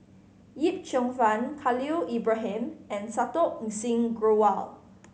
Yip Cheong Fun Khalil Ibrahim and Santokh Singh Grewal